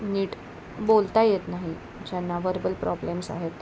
नीट बोलता येत नाही ज्यांना वर्बल प्रॉब्लेम्स आहेत